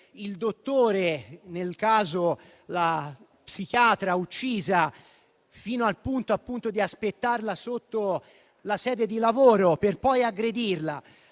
un dottore, in questo caso una psichiatra, fino al punto di aspettarla sotto la sede di lavoro per poi aggredirla.